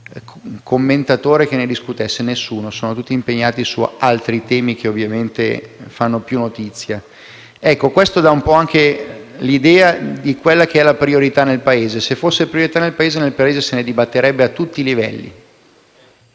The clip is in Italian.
commentatore che ne discutesse. Nessuno; sono tutti impegnati su altri temi che ovviamente fanno più notizia. Questo dà un po' l'idea di quale sia la priorità nel Paese. Se fosse una priorità nel Paese, se ne dibatterebbe a tutti i livelli.